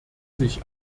sich